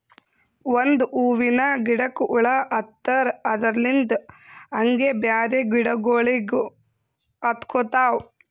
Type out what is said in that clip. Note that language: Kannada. ಒಂದ್ ಹೂವಿನ ಗಿಡಕ್ ಹುಳ ಹತ್ತರ್ ಅದರಲ್ಲಿಂತ್ ಹಂಗೆ ಬ್ಯಾರೆ ಗಿಡಗೋಳಿಗ್ನು ಹತ್ಕೊತಾವ್